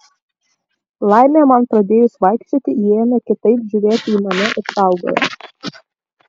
laimė man pradėjus vaikščioti ji ėmė kitaip žiūrėti į mane ir saugojo